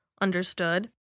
Understood